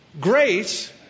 Grace